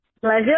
pleasure